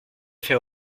fais